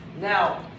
Now